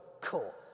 cool